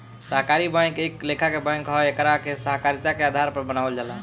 सहकारी बैंक एक लेखा के बैंक ह एकरा के सहकारिता के आधार पर बनावल जाला